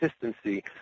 consistency